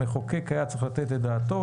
המחוקק היה צריך לתת את דעתו.